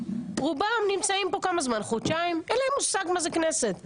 רובם נמצאים כאן חודשיים ואין להם מושג מה זאת כנסת.